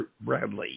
Bradley